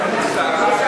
ועדת המדע.